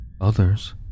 others